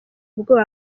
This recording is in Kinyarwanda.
ubwoba